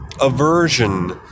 aversion